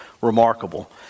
remarkable